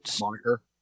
Moniker